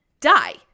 die